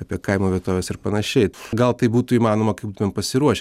apie kaimo vietoves ir panašiai gal tai būtų įmanoma kai būtumėm pasiruošę